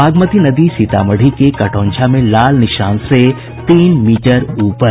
बागमती नदी सीतामढ़ी के कटौंझा में लाल निशान से तीन मीटर ऊपर